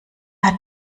hat